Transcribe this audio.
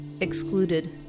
excluded